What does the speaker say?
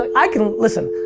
i can, listen,